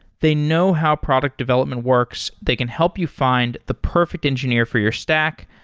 they know how product development works. they can help you find the perfect engineer for your stack,